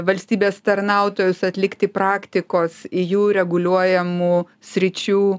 valstybės tarnautojus atlikti praktikos į jų reguliuojamų sričių